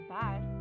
bad